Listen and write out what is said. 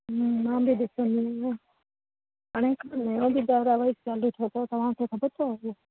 हूं मां बि ॾिसंदी आहियां हाणे हिकु नओं धारावाहिक चालू थियो आहे तव्हांखे ख़बरु अथव अॼु